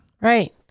Right